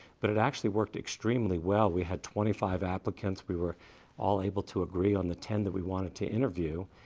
but it actually worked extremely well. we had twenty five applicants. we were all able to agree on the ten that we wanted to interview.